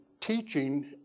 teaching